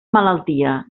malaltia